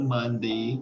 Monday